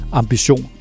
ambition